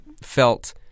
felt